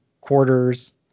quarters